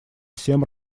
всем